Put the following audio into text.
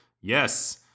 yes